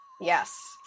Yes